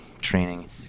training